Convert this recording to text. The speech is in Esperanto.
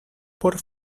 por